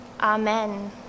Amen